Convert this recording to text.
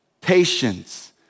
patience